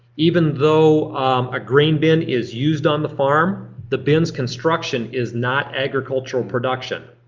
even though a grain bin is used on the farm, the bin's construction is not agricultural production.